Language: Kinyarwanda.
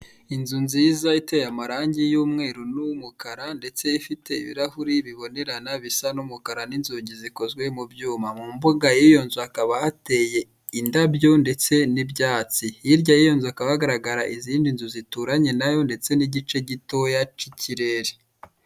Inzu nziza iteye amarangi y'umweru n'umukara, ndetse ifite ibirahure bibonerana bisa n'umukara n'inzugi zikozwe mu byuma. Mu mbuga y'iyo nzu hakaba hateye indabyo ndetse n'ibyatsi. Hirya y'iyo nzu hakaba hagagara izindi nzu zituranye na yo ndetse n'igice gitoya cy'ikirere.